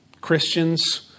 Christians